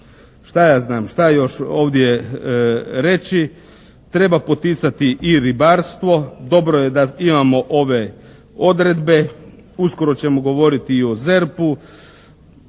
šta ja znam, šta još ovdje reći? Treba poticati i ribarstvo. Dobro je da imamo ove odredbe. Uskoro ćemo govoriti i o ZERP-u.